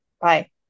Bye